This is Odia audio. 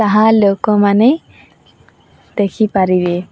ତାହା ଲୋକମାନେ ଦେଖିପାରିବେ